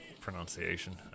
pronunciation